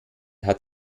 hat